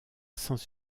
sans